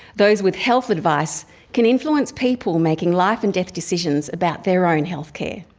those with health advice can influence people making life and death decisions about their own healthcare.